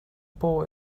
ball